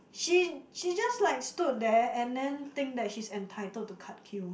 she she just like stood there and then think that she's entitled to cut queue